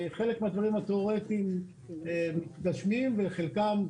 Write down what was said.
חלק מהדברים התיאורטיים מתגשמים וחלקם,